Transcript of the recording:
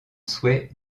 souhait